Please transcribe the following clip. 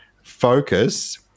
focus